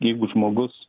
jeigu žmogus